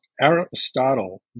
Aristotle